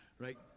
Right